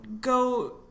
go